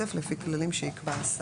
לפי כללים שייקבע השר.